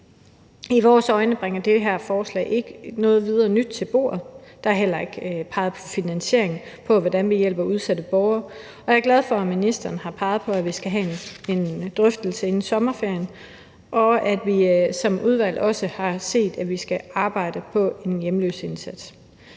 I vores øjne bringer det her forslag ikke noget videre nyt til bordet, og der er heller ikke peget på finansiering for, hvordan vi hjælper udsatte borgere. Jeg er glad for, at ministeren har peget på, at vi skal have en drøftelse inden sommerferien, og at vi som udvalg også har set, at vi skal arbejde på en hjemløseindsats.